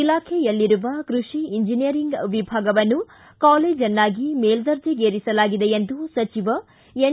ಇಲಾಖೆಯಲ್ಲಿರುವ ಕೃಷಿ ಇಂಜಿನೀಯರಿಂಗ್ ವಿಭಾಗವನ್ನು ಕಾಲೇಜನ್ನಾಗಿ ಮೇಲ್ವರ್ಜೆಗೇರಿಸಲಾಗಿದೆ ಎಂದು ಸಚಿವ ಎನ್